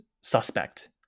suspect